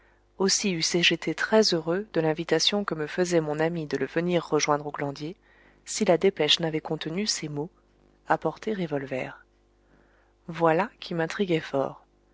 aussi eussé-je été très heureux de l'invitation que me faisait mon ami de le venir rejoindre au glandier si la dépêche n'avait contenu ces mots apportez revolvers voilà qui m'intriguait fort